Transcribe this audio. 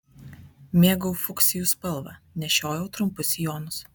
mėgau fuksijų spalvą nešiojau trumpus sijonus